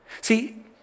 See